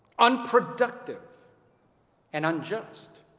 unproductive and unjust.